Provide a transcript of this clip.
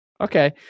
Okay